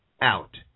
out